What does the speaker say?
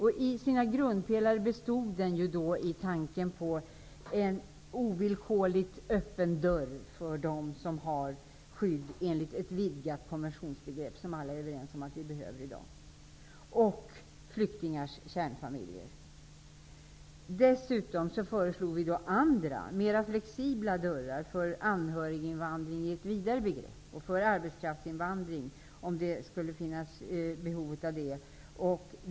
En av grundpelarna var då tanken på en ovillkorligt öppen dörr för dem som har behov av skydd enligt ett vidgat konventionsbegrepp, något som alla är överens om att vi i dag behöver. Det gäller även flyktingars kärnfamiljer. Socialdemokraterna föreslog även andra, mer flexibelt öppna dörrar när det gäller anhöriginvandringen i ett vidare begrepp och när det gäller arbetskraftinvandringen -- om det skulle finnas behov därav.